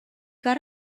got